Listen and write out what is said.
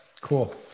Cool